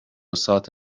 سات